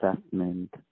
assessment